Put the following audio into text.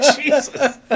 Jesus